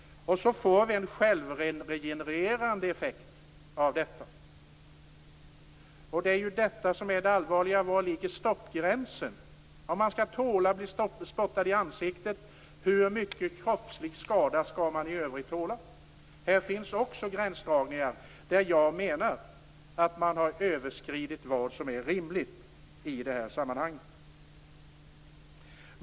Så får vi en självgenererande effekt av detta. Det är ju detta som är det allvarliga: Var ligger stoppgränsen? Om man skall tåla att bli spottad i ansiktet, hur mycket kroppslig skada skall man i övrigt tåla? Här finns också gränsdragningar, där jag menar att man har överskridit vad som är rimligt i det här sammanhanget.